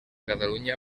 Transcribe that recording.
catalunya